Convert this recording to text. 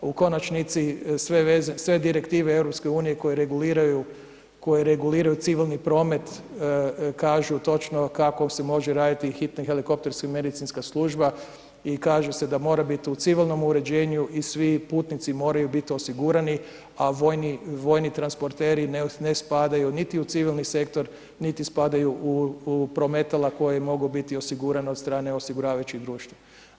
U konačnici sve direktive EU koje reguliraju civilni promet kažu točno kako može raditi hitna helikopterska medicinska služba i kaže se da mora biti u civilnom uređenju i svi putnici moraju biti osigurani a vojni transporteri ne spadaju niti u civilni sektor niti spadaju u prometala koja mogu biti osigurana od strane osiguravajućih društva.